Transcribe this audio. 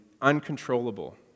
uncontrollable